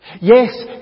Yes